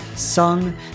Sung